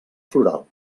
floral